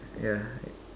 yeah